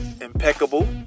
impeccable